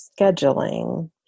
scheduling